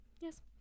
yes